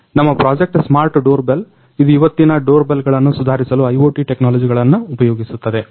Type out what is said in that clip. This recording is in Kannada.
ನಮ್ಮ ಪ್ರಾಜೆಕ್ಟ್ ಸ್ಮಾರ್ಟ್ ಡೋರ್ಬೆಲ್ ಇದು ಇವತ್ತಿನ ಡೋರ್ಬೆಲ್ಗಳನ್ನ ಸುಧಾರಿಸಲು IoT ಟೆಕ್ನಾಲಜಿಗಳನ್ನ ಉಪಯೋಗಿಸುತ್ತದೆ